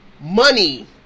money